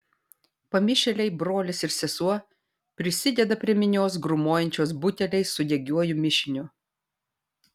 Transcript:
pamišėliai brolis ir sesuo prisideda prie minios grūmojančios buteliais su degiuoju mišiniu